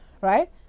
right